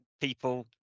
people